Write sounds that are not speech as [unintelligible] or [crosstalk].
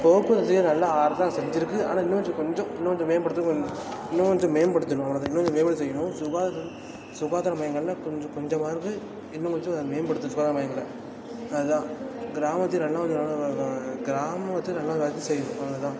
போக்குவரத்தையே நல்லா அரசாங்கம் செஞ்சுருக்கு ஆனால் இன்னும் கொஞ்சம் கொஞ்சம் இன்னும் கொஞ்சம் மேம்படுத்த கொஞ் இன்னும் கொஞ்சம் மேம்படுத்தணும் அவ்வளோ தான் இன்னும் இதை மேம்பட செய்யணும் சுகாதாரம் சுகாதார மையங்களில் கொஞ்சம் கொஞ்சமாவது இன்னும் கொஞ்சம் அதை மேம்படுத்தணும் சுகாதார மையங்களை அது தான் கிராமத்தில் நல்லா [unintelligible] கிராமம் வந்து நல்லா [unintelligible] வந்து செய்யணும் அவ்வளோ தான்